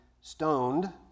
stoned